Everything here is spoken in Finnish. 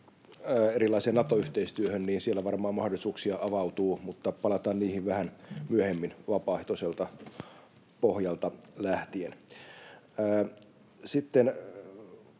erilaiseen Nato-yhteistyöhön — siellä varmaan mahdollisuuksia avautuu, mutta palataan niihin vähän myöhemmin vapaaehtoiselta pohjalta lähtien. Sitten